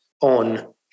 on